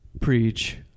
preach